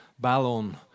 Ballon